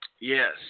yes